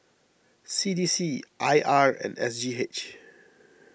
C D C I R and S G H